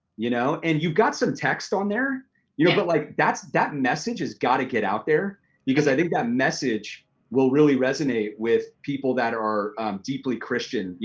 you know and you've got some text on there you know but like that message has gotta get out there because i think that message will really resonate with people that are deeply christian, yeah